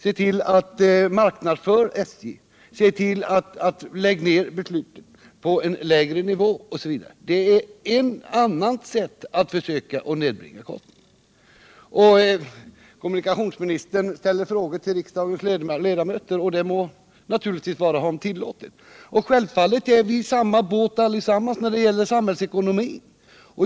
Se till att SJ marknadsförs! Se till att besluten fattas på en lägre nivå osv.! Det är andra sätt att försöka nedbringa kostnaderna. Kommunikationsministern ställde frågor till riksdagens ledamöter, och det må naturligtvis vara honom tillåtet. Självfallet är vi i samma båt allesammans när det gäller samhällsekonomin.